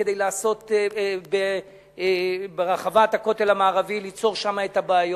כדי ליצור ברחבת הכותל המערבי את הבעיות.